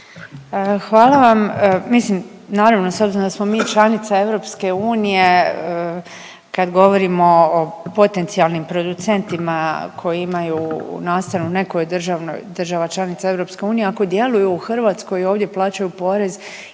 Hvala vam. Mislim naravno s obzirom da smo mi članica EU kad govorimo o potencijalnim producentima koji imaju nastanu u nekoj državnoj, država članica EU ako djeluju u Hrvatskoj ovdje plaćaju porez